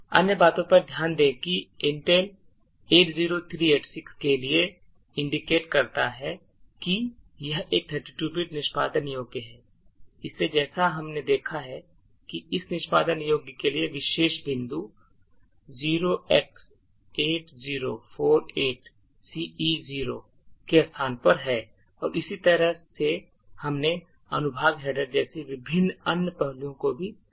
अन्य बातों पर ध्यान दें कि Intel 80386 के लिए indicate करता है कि यह एक 32 bit निष्पादन योग्य है इसलिए जैसा हमने देखा है कि इस निष्पादन योग्य के लिए प्रवेश बिंदु 0x8048ce0 के स्थान पर है और इसी तरह से हमने अनुभाग header जैसे विभिन्न अन्य पहलुओं को भी देखा है